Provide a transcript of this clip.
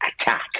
attack